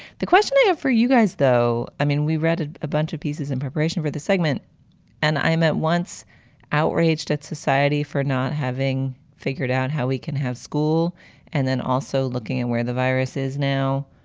the question have for you guys, though, i mean, we read a bunch of pieces in preparation for the segment and i'm at once outraged at society for not having figured out how we can have school and then also looking at where the virus is now